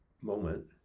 moment